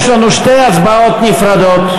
יש לנו שתי הצבעות נפרדות,